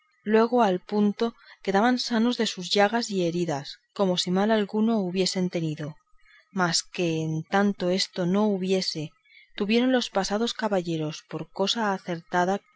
luego al punto quedaban sanos de sus llagas y heridas como si mal alguno hubiesen tenido mas que en tanto que esto no hubiese tuvieron los pasados caballeros por cosa acertada